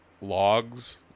logs